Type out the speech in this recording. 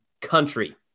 country